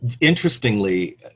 interestingly